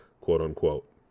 quote-unquote